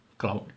cloud